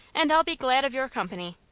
and i'll be glad of your company.